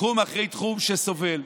תחום אחרי תחום שסובל.